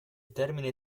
termine